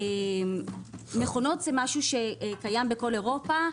מכונות זה משהו שקיים בכל אירופה.